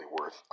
worth